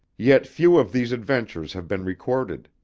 yet few of these adventures have been recorded.